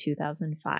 2005